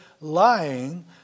lying